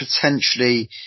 potentially